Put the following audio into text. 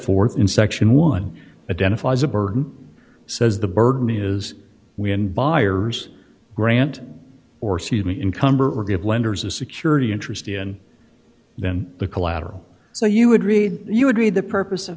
forth in section one identifies a burden says the burden is when buyers grant or cede me income or or give lenders a security interest in then the collateral so you would read you would read the purpose